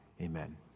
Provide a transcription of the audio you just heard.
amen